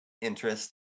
interest